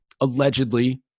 allegedly